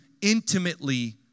intimately